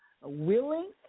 willing